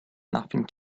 nothing